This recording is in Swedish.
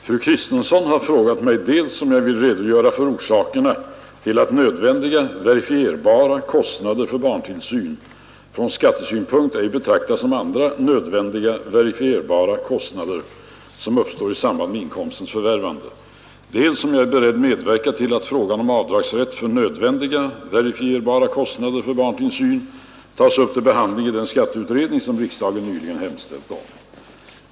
Herr talman! Fru Kristensson har frågat mig dels om jag vill redogöra för orsakerna till att nödvändiga, verifierbara kostnader för barntillsyn från skattesynpunkt ej betraktas som andra nödvändiga, verifierbara kostnader, som uppstår i samband med inkomstens förvärvande, dels om jag är beredd medverka till att frågan om avdragsrätt för nödvändiga, verifierbara kostnader för barntillsyn tas upp till behandling i den skatteutredning, som riksdagen nyligen hemställt om.